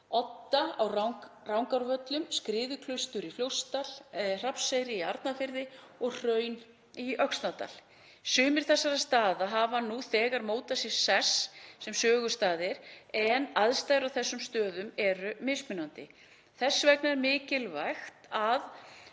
Odda á Rangárvöllum, Skriðuklaustur í Fljótsdal, Hrafnseyri í Arnarfirði og Hraun í Öxnadal. Sumir þessara staða hafa nú þegar mótað sér sess sem sögustaðir en aðstæður þar eru mismunandi. Þess vegna er mikilvægt að